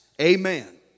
Amen